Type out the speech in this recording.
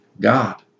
God